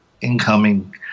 incoming